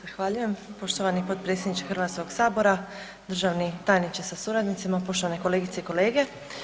Zahvaljujem, poštovani potpredsjedniče Hrvatskog sabora, državni tajniče sa suradnicima, poštovane kolegice i kolege.